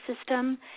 system